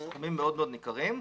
סכומים מאוד מאוד ניכרים.